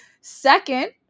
Second